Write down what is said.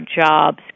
jobs